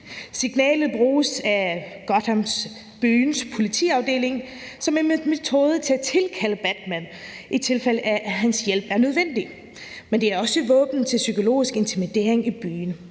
Signalet bruges af byen Gothams politiafdeling som en metode til at tilkalde Batman, i tilfælde af at hans hjælp er nødvendig, men det er også et våben til psykologisk intimidering i byen.